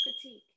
critique